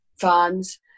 fans